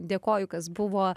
dėkoju kas buvo